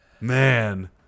Man